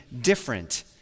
different